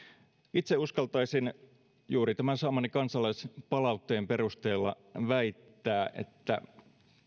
itse uskaltaisin juuri tämän saamani kansalaispalautteen perusteella väittää että